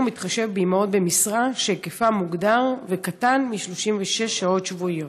מתחשבת באימהות במשרה שהיקפה מוגדר וקטן מ-36 שעות שבועיות.